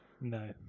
No